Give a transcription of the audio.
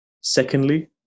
Secondly